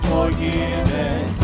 Forgiven